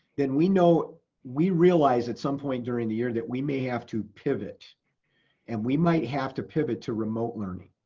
then we know we realize at some point during the year that we may have to pivot and we might have to pivot to remote learning.